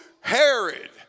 Herod